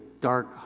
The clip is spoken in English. dark